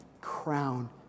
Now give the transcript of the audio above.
crown